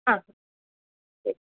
ആ ശരി